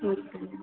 okay ma'am